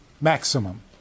maximum